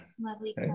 Lovely